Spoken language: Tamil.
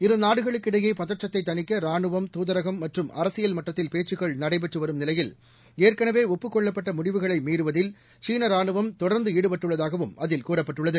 இருநாடுகளுக்கு இடையே பதற்றத்தை தணிக்க ராணுவம் துதரகம் மற்றும் அரசியல் மட்டத்தில் பேச்சுக்கள் நடைபெற்று வரும் நிலையில் ஏற்களவே ஒப்புக் கொள்ளப்பட்ட முடிவுகளை மீறுவதில் சீன ராணுவம் தொடர்ந்து ஈடுபட்டுள்ளதாகவும் அதில் கூறப்பட்டுள்ளது